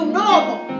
normal